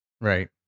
Right